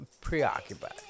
preoccupied